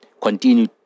continue